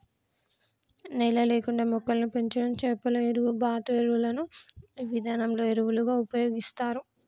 నేల లేకుండా మొక్కలను పెంచడం చేపల ఎరువు, బాతు ఎరువులను ఈ విధానంలో ఎరువులుగా ఉపయోగిస్తారు